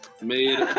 made